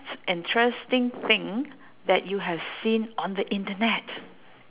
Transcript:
interesting thing that you have seen on the internet